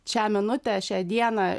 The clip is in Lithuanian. šią minutę šią dieną